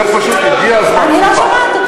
פשוט הגיע הזמן, אני לא שומעת אותך.